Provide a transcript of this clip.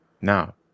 Now